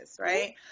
right